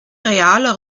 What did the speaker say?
realer